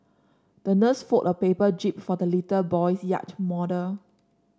the nurse fold a paper jib for the little boy's yacht model